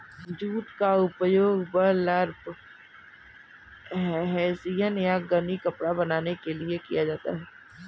jute का उपयोग burlap hessian या गनी कपड़ा बनाने के लिए किया जाता है